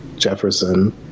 jefferson